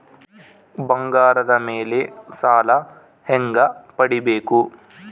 ಬಂಗಾರದ ಮೇಲೆ ಸಾಲ ಹೆಂಗ ಪಡಿಬೇಕು?